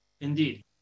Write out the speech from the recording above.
Indeed